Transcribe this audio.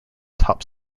top